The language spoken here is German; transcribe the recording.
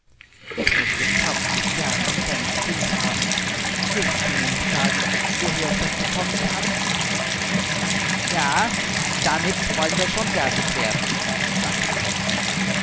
ich möchte herzlich gern ein kleines kind haben willst du mir nicht sagen woher ich das bekommen kann ja damit wollen wir schon fertig werden sagte die hexe